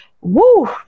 Woo